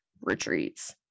Retreats